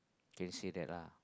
you can say that lah